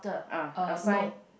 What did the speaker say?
ah a sign